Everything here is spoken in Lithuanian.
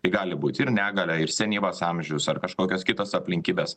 tai gali būti ir negalia ir senyvas amžius ar kažkokios kitos aplinkybės